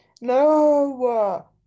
No